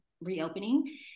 reopening